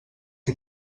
que